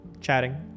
chatting